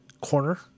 corner